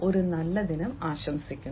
ഒരു നല്ല ദിനം ആശംസിക്കുന്നു